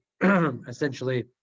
essentially